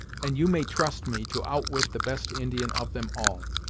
and you may trust me to outwit the best indian of them all.